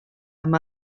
amb